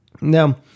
Now